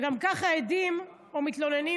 גם ככה עדים או מתלוננים,